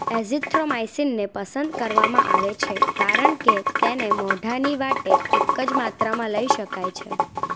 એઝિથ્રોમાઈસીનને પસંદ કરવામાં આવે છે કારણ કે તેને મોઢાની વાટે એક જ માત્રામાં લઈ શકાય છે